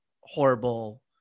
horrible